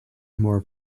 more